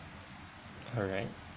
correct